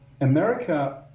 America